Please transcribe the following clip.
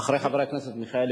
חבר הכנסת מיכאלי,